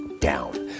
down